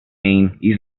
islas